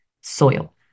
soil